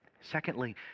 Secondly